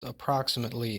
approximately